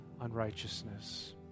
unrighteousness